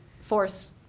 force